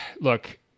look